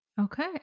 Okay